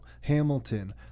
Hamilton